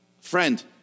Friend